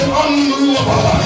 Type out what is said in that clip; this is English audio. unmovable